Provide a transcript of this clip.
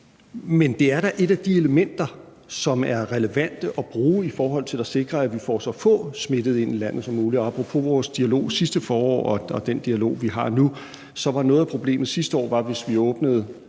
Men det er da et af de elementer, som er relevante at bruge i forhold til at sikre, at vi får så få smittede ind i landet som muligt, og apropos vores dialog sidste forår og den dialog, som vi har nu, var noget af problemet sidste år, at vi, hvis vi åbnede